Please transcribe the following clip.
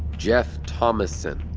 geoff thomassen,